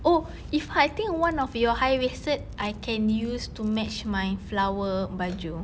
oh if I take one of your high waisted I can use to match my flower baju